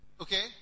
Okay